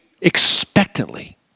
expectantly